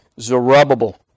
Zerubbabel